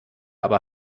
aber